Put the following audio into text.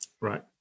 Right